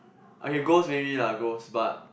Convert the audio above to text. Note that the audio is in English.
okay ghost maybe lah ghost but